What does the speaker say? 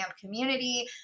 community